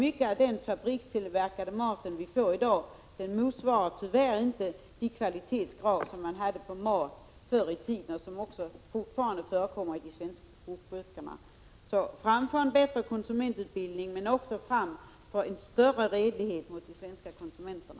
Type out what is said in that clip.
Mycket av den fabrikstillverkade maten motsvarar tyvärr inte de kvalitetskrav som vi hade på maten förr i tiden och som gäller för mat som fortfarande förekommer i de svenska kokböckerna. Fram för en bättre konsumentutbildning men också för en större redlighet gentemot de svenska konsumenterna!